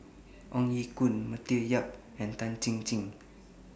Ong Ye Kung Matthew Yap and Tan Chin Chin